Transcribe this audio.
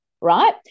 right